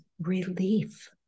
relief